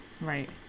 Right